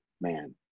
man